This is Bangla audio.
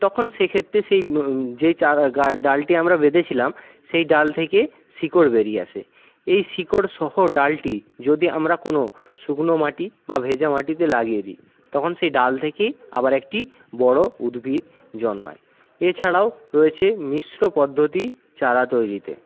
তখন সেক্ষেত্রে সেই যে চারা গাছ ডালটি আমরা বেঁধেছিলাম সেই ডাল থেকে শিকড় বেরিয়ে আসে এই শিকড় সহ ডালটি যদি আমরা কোনো শুগনো মাটি বা ভেজা মাটিতে লাগিয়ে দিই তখন সেই ডাল থেকেই আবার একটি বড়ো উদ্ভিত জন্মায় এছাড়াও রয়েছে মিশ্র পদ্ধতি চারা তৈরিতে